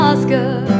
Oscar